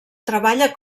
treballa